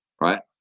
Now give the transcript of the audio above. right